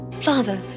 Father